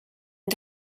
and